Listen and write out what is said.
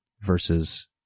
versus